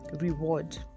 reward